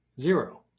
Zero